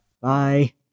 Bye